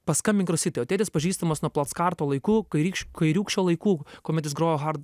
paskambink rositai o tėtis pažįstamas nuo plackarto laikų kairykš kairiūkščio laikų kuomet jis grojo har